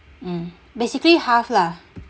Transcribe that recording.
mm basically half lah